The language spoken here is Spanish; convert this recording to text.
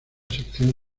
sección